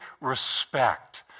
respect